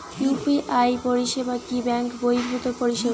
UPI পরিসেবা কি bank বর্হিভুত পরিসেবা?